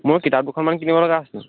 মোৰ কিতাপ দুখনমান কিনিব লগা আছিল